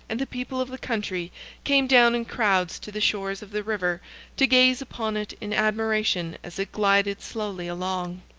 and the people of the country came down in crowds to the shores of the river to gaze upon it in admiration as it glided slowly along.